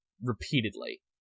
Repeatedly